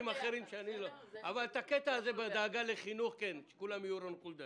אבל את הקטע הזה בדאגה לחינוך שכולם יהיו כמו רון חולדאי.